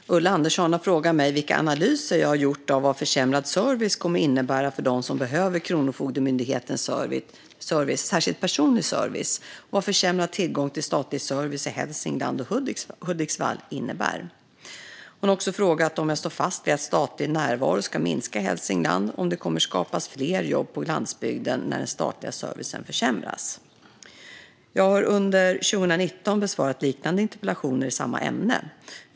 Fru talman! Ulla Andersson har frågat mig vilka analyser jag har gjort av vad försämrad service kommer att innebära för dem som behöver Kronofogdemyndighetens service, särskilt personlig service, och vad försämrad tillgång till statlig service i Hälsingland och Hudiksvall innebär. Hon har också frågat om jag står fast vid att statlig närvaro ska minska i Hälsingland och om det kommer att skapas fler jobb på landsbygden när den statliga servicen försämras. Jag har under 2019 besvarat liknande interpellationer i samma ämne.